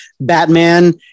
Batman